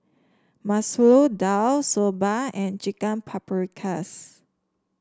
Masoor Dal Soba and Chicken Paprikas